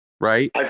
Right